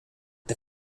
der